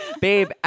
Babe